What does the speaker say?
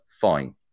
Fine